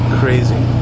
crazy